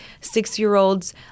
six-year-olds